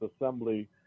Assembly